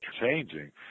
changing